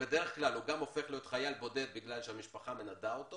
בדרך כלל הוא גם הופך להיות חייל בודד בגלל שהמשפחה מנדה אותו